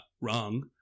wrong